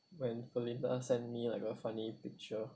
when belinda sent me like a funny picture